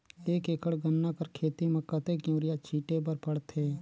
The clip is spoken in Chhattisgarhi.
एक एकड़ गन्ना कर खेती म कतेक युरिया छिंटे बर पड़थे?